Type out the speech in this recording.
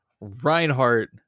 Reinhardt